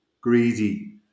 greedy